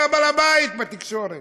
יהיה בעל הבית בתקשורת,